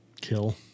kill